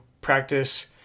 practice